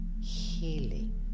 healing